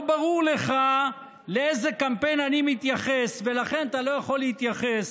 לא ברור לך לאיזה קמפיין אני מתייחס ולכן אתה לא יכול להתייחס.